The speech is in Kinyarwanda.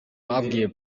babwiye